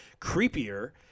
creepier